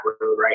right